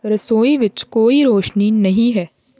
ਰਸੋਈ ਵਿੱਚ ਕੋਈ ਰੌਸ਼ਨੀ ਨਹੀਂ ਹੈ